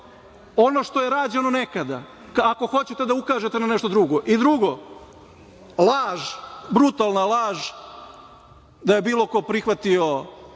ono što je rađeno nekada, ako hoćete da ukažete na nešto drugo. Drugo, laž, brutalna laž. Da je bilo ko prihvatio,